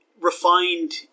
refined